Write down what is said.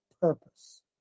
purpose